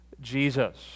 Jesus